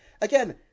again